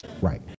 Right